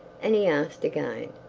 and he asked again.